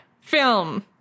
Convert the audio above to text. film